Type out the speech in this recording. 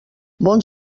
bon